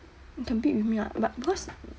you can bid with me ah but because